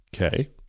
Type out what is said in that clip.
Okay